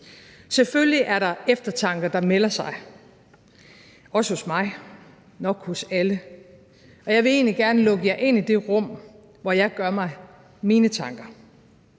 Selvfølgelig er der eftertanke, der melder sig, også hos mig, nok hos alle, og jeg vil egentlig gerne lukke jer ind i det rum, hvor jeg gør mig mine tanker.